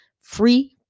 free